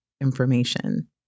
information